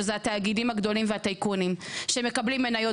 שזה התאגידים הגדולים והטייקונים שמקבלים מניות